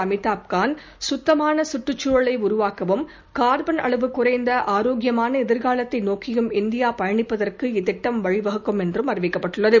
அமிதாப் காந்த் கத்தமாக சுற்றுச் சூழலை உருவாக்கவும் கார்பன் அளவு குறைந்த ஆரோக்கியமான எதிர்காலத்தை நோக்கியும் இந்தியா பயணிப்பதற்கு இத்திட்டம் வழி வகுக்கும் என்றும் அறிவிக்கப்பட்டுள்ளது